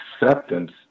acceptance